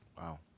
Wow